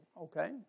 okay